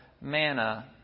manna